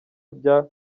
bwa